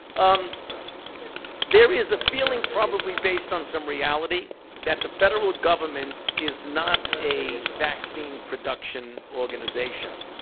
um there is a feeling probably based on some reality that the federal government is not a vaccine production organization.